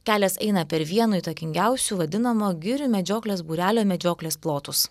kelias eina per vieno įtakingiausių vadinamo girių medžioklės būrelio medžioklės plotus